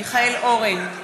מיכאל אורן,